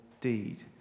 deed